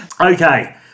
Okay